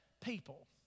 people